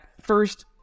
first